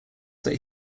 that